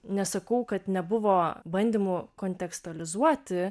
nesakau kad nebuvo bandymų kontekstualizuoti